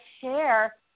share